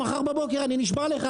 אני נשבע לך.